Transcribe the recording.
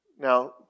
Now